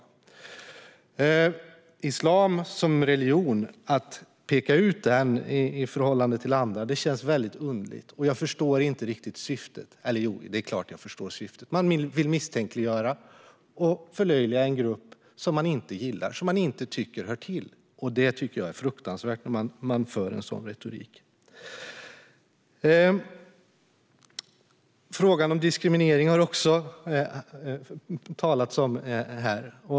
Att peka ut islam som religion i förhållande till andra känns väldigt underligt, och jag förstår inte riktigt syftet. Eller, jo, det är klart att jag förstår syftet: Man vill misstänkliggöra och förlöjliga en grupp som man inte gillar och som man inte tycker hör till. Jag tycker att det är fruktansvärt när man har en sådan retorik. Frågan om diskriminering har det också talats om här.